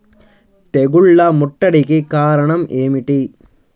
తెగుళ్ల ముట్టడికి కారణం ఏమిటి?